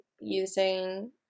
using